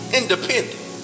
independent